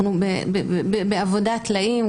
אנחנו בעבודת טלאים.